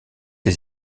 les